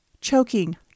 Choking